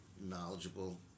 knowledgeable